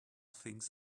things